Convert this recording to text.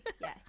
yes